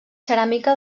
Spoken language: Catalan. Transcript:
ceràmica